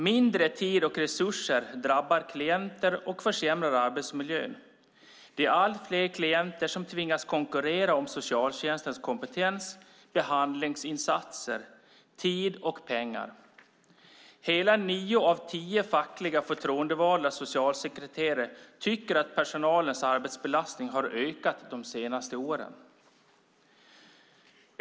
Mindre tid och resurser drabbar klienter och försämrar arbetsmiljön. Det är allt fler klienter som tvingas konkurrera om socialtjänstens kompetens, behandlingsinsatser, tid och pengar. Hela nio av tio fackliga förtroendevalda socialsekreterare tycker att personalens arbetsbelastning har ökat de senaste åren.